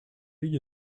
you